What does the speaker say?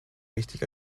wichtig